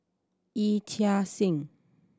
Yee Chia Hsing